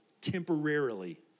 Temporarily